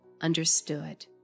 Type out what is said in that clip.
understood